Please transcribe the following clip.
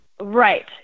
Right